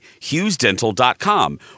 HughesDental.com